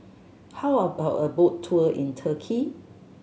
how about a boat tour in Turkey